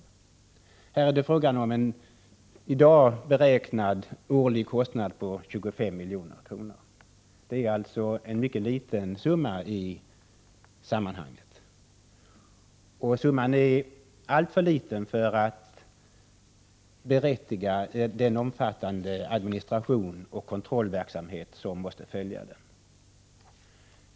Här är det fråga om en i dag beräknad årlig kostnad på 25 milj.kr. Det är alltså en mycket liten summa i sammanhanget. Summan är alltför liten för att berättiga den omfattande administration och kontrollverksamhet som måste följa.